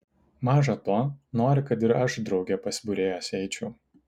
maža to nori kad ir aš drauge pas būrėjas eičiau